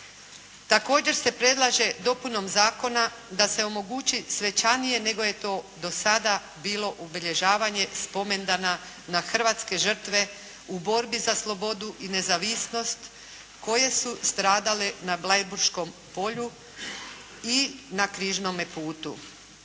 Također se predlaže dopunom zakona da se omogući svečanije nego je to do sada bilo obilježavanje spomendana na hrvatske žrtve u borbi za slobodu i nezavisnost koje su stradale na Bleiburškom polju i na Križnome putu